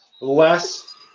less –